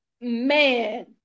Man